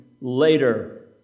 later